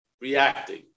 reacting